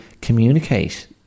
communicate